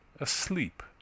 asleep